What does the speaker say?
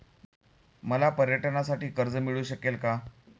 मला पर्यटनासाठी कर्ज मिळू शकेल का?